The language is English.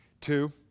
Two